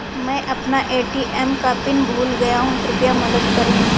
मै अपना ए.टी.एम का पिन भूल गया कृपया मदद करें